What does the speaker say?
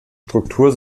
struktur